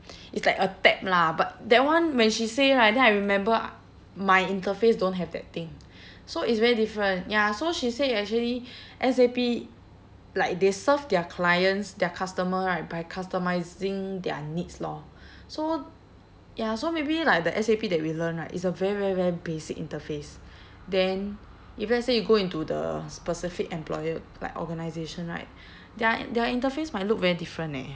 it's like a tab lah but that one when she say right then I remember my interface don't have that thing so it's very different ya so she said actually S_A_P like they serve their clients their customer right by customising their needs lor so ya so maybe like the S_A_P that we learn right is a very very very basic interface then if let's say you go into the specific employer like organisation right their their interface might look very different eh